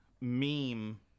meme